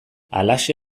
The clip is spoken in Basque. halaxe